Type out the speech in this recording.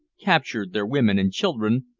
captured their women and children,